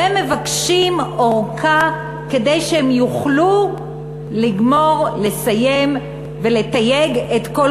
והם מבקשים ארכה כדי שהם יוכלו לגמור לסיים ולתייג את כל